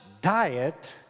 diet